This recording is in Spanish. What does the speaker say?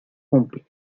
cumplen